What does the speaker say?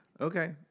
okay